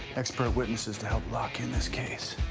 expert witnesses to help lock in this case.